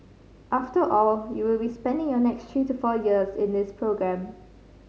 after all you will be spending your next three to four years in this programme